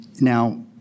now